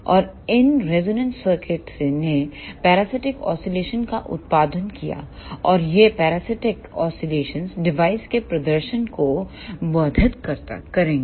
और इन रेजोनेंट सर्किटों ने पैरासिटिक ऑसिलेशंस का उत्पादन किया और ये पैरासिटिक ऑसिलेशंस डिवाइस के प्रदर्शन को बाधित करेंगे